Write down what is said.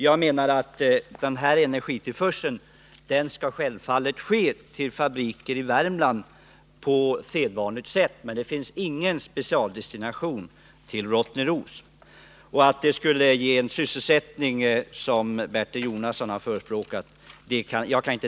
Jag menar att den här energitillförseln självfallet skall ske till fabriker i Värmland på sedvanligt sätt, men det finns ingen specialdestination till Rottneros, och jag kan inte dela uppfattningen att det skulle ge en sådan sysselsättning som Bertil Jonasson har förespråkat.